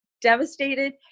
devastated